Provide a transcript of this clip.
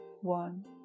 one